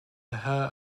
her